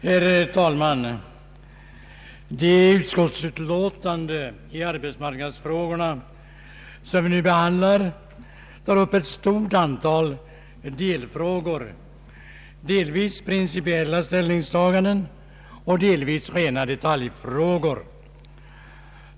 Herr talman! Statsutskottets utlåtande i arbetsmarknadsfrågorna, som vi nu behandlar, tar upp ett stort antal delfrågor, delvis principiella ställningstaganden och delvis rena detaljfrågor.